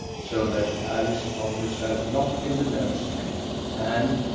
so that alice found herself locked in the nursery and,